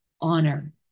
honor